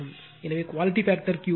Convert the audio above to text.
எனவே quality factor Q ω0 L R